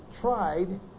tried